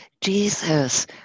Jesus